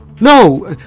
No